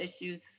issues